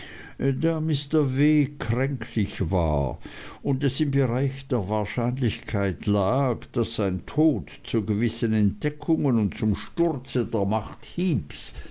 da mr w kränklich war und es im bereich der wahrscheinlichkeit lag daß sein tod zu gewissen entdeckungen und zum sturze der macht heeps